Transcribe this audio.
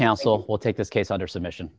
counsel will take this case under submission